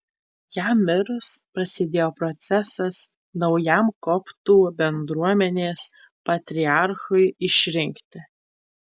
jam mirus prasidėjo procesas naujam koptų bendruomenės patriarchui išrinkti